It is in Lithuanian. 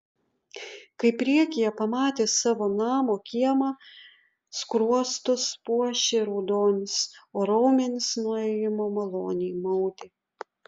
kai priekyje pamatė savo namo kiemą skruostus puošė raudonis o raumenis nuo ėjimo maloniai maudė